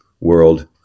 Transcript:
world